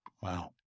Wow